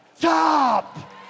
top